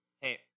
hey